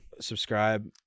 Subscribe